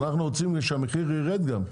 אנחנו רוצים שהמחיר יירד גם.